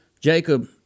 Jacob